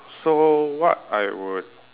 so what I would